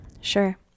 Sure